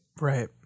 Right